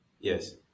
Yes